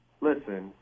Listen